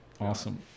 Awesome